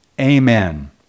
Amen